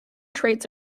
traits